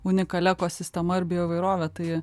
unikalia ekosistema ir bioįvairove tai